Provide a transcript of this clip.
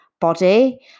body